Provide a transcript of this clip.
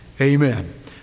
amen